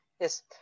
Yes